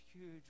huge